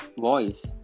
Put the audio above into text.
voice